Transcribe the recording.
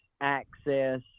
access